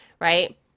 right